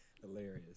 Hilarious